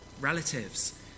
relatives